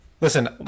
listen